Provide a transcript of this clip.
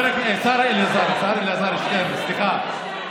השר אלעזר שטרן, סליחה.